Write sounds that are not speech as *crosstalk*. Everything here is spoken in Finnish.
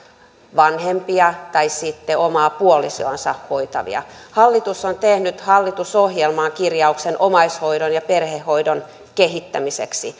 vanhempia tai sitten omaa puolisoaan hoitavia hallitus on tehnyt hallitusohjelmaan kirjauksen omaishoidon ja perhehoidon kehittämiseksi *unintelligible*